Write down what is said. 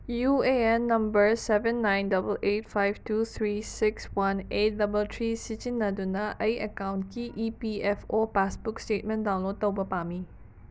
U A N number seven nine double eight five two three six one eight double three ꯁꯤꯖꯤꯟꯅꯗꯨꯅ ꯑꯩ ꯀꯦꯀꯥꯎꯟꯀꯤ E P F O passbook statement download ꯇꯧꯕ ꯄꯥꯝꯃꯤ